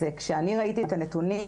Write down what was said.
כשאני ראיתי את הנתונים,